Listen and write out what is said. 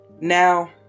Now